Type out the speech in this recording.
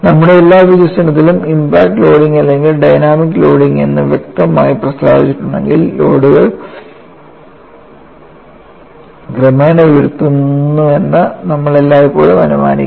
നമ്മുടെ എല്ലാ വികസനത്തിലും ഇംപാക്റ്റ് ലോഡിംഗ് അല്ലെങ്കിൽ ഡൈനാമിക് ലോഡിംഗ് എന്ന് വ്യക്തമായി പ്രസ്താവിച്ചിട്ടില്ലെങ്കിൽ ലോഡുകൾ ക്രമേണ ഉയർത്തുന്നുവെന്ന് നമ്മൾ എല്ലായ്പ്പോഴും അനുമാനിക്കുന്നു